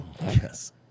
Yes